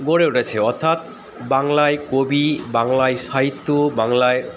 গড়ে উঠেছে অর্থাৎ বাংলায় কবি বাংলায় সাহিত্য বাংলায়